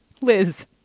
liz